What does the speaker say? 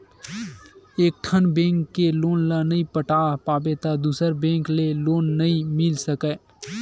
एकठन बेंक के लोन ल नइ पटा पाबे त दूसर बेंक ले लोन नइ मिल सकय